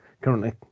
currently